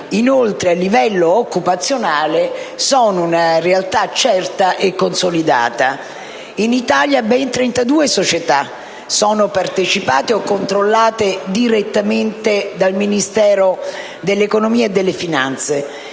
inoltre, a livello occupazionale sono una realtà certa e consolidata. In Italia, ben 32 società sono partecipate o controllate direttamente dal Ministero dell'economia e delle finanze,